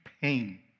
pain